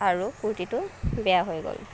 আৰু কুৰ্টিটো বেয়া হৈ গ'ল